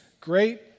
great